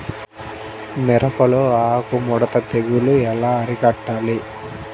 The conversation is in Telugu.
మిరపలో ఆకు ముడత తెగులు ఎలా అరికట్టాలి?